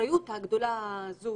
ובאחריות הגדולה הזו